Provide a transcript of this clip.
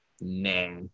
Nah